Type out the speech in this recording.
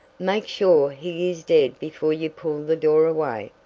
make sure he is dead before you pull the door away,